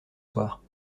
soir